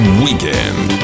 weekend